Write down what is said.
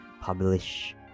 publish